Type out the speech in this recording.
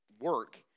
work